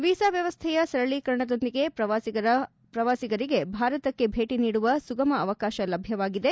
visa ವ್ಯವಸ್ಥೆಯ ಸರಳೀಕರಣದೊಂದಿಗೆ ಪ್ರವಾಸಿಗರಿಗೆ ಭಾರತಕ್ಕೆ ಭೇಟಿ ನೀಡುವ ಸುಗಮ ಅವಕಾಶ ಲಭ್ಯವಾಗಿದೆ